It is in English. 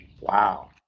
Wow